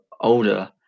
older